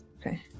okay